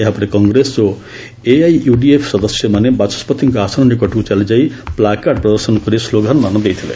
ଏହାପରେ କଂଗ୍ରେସ ଓ ଏଆଇୟୁଡିଏଫ୍ ସଦସ୍ୟମାନେ ବାଚସ୍କତିଙ୍କ ଆସନ ନିକଟକୁ ଚାଲିଯାଇ ପ୍ଲାକାର୍ଡ଼ ପ୍ରଦର୍ଶନ ସହ ସ୍କୋଗାନ ଦେଇଥିଲେ